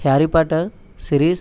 harry potter series